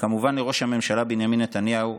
וכמובן לראש הממשלה בנימין נתניהו,